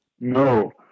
No